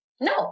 No